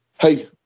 hey